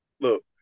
look